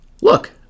Look